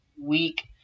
week